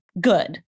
good